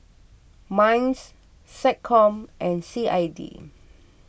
Minds SecCom and C I D